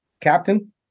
Captain